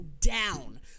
down